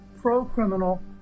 pro-criminal